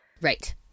Right